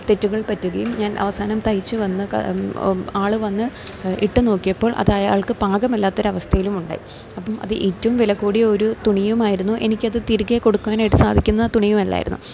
തെറ്റുകൾ പറ്റുകയും ഞാൻ അവസാനം തയ്ച്ച് വന്ന് ആള് വന്ന് ഇട്ടു നോക്കിയപ്പോൾ അതയാൾക്ക് പാകമല്ലാത്തൊരവസ്ഥയിലുമുണ്ടായി അപ്പം അത് ഏറ്റവും വിലകൂടിയ ഒരു തുണിയുമായിരുന്നു എനിക്കത് തിരികെ കൊടുക്കുവാനായിട്ട് സാധിക്കുന്ന തുണിയുമല്ലായിരുന്നു